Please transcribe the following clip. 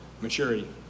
maturity